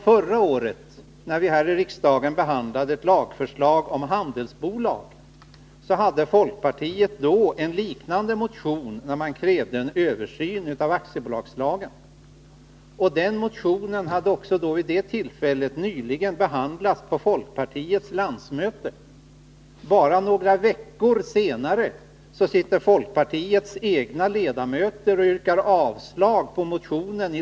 Förra året, när vi här i riksdagen behandlade ett lagförslag om handelsbolag, hade folkpartiet en motion där man krävde en översyn av aktiebolagslagen. Den motionen hade vid det tillfället nyligen behandlats på folkpartiets landsmöte. Men bara några veckor senare yrkade folkpartiets egna ledamöter i lagutskottet avslag på motionen.